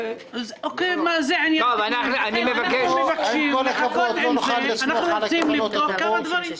אנחנו רוצים לבדוק כמה דברים.